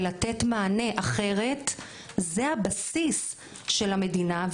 ולתת מענה כי זה הבסיס של המדינה,